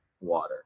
water